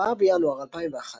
ב-4 בינואר 2011